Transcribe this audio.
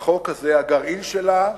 החוק הזאת, הגרעין שלה,